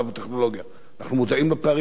אנחנו מודעים לפערים, וצריכים לעשות.